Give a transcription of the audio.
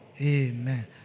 Amen